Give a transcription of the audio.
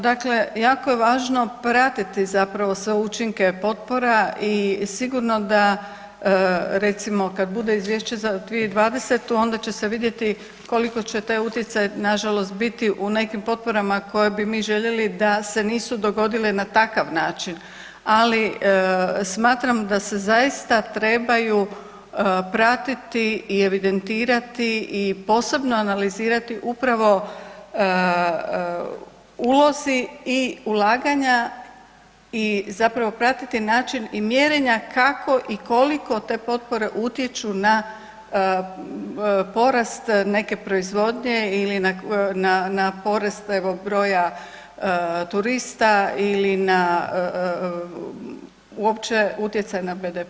Dakle, jako je važno pratiti sve učinke potpora i sigurno da recimo kada bude izvješće za 2020.onda će se vidjeti koliko će taj utjecaj nažalost biti u nekim potporama koje bi mi željeli da se nisu dogodile na takav način, ali smatram da se zaista trebaju pratiti i evidentirati i posebno analizirati upravo ulozi i ulaganja i zapravo pratiti način i mjerenja kako i koliko te potpore utječu na porast neke proizvodnje ili na porast evo broja turista ili na uopće utjecaj na BDP.